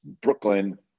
Brooklyn